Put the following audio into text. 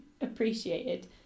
appreciated